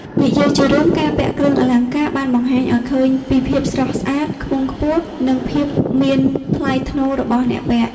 និយាយជារួម ការពាក់គ្រឿងអលង្ការបានបង្ហាញឲ្យឃើញពីភាពស្រស់ស្អាត ខ្ពង់ខ្ពស់ និងភាពមានថ្លៃថ្នូររបស់អ្នកពាក់។